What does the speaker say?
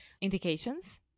indications